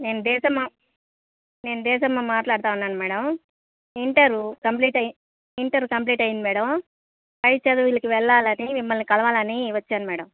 నేను దేసమ్మ ని నేను దేసమ్మని మాట్లాడుతున్నాను madam inter complete inter complete అయింది మేడం పై చదువులకి వెళ్ళాలని మిమ్మల్ని కలవాలని వచ్చాను మేడం